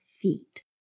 Feet